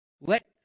Let